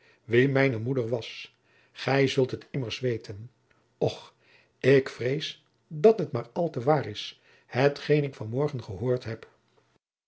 wie mijne moeder was gij zult het immers weten och ik vrees dat het maar al te waar is hetgeen ik van morgen gehoord heb